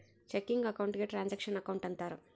checking account ಗೆ transaction account ಅಂತಾರ